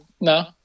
No